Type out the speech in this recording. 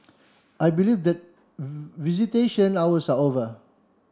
I believe that visitation hours are over